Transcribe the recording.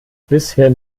bisher